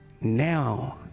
Now